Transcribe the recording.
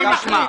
מי מחליט?